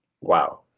Wow